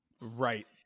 Right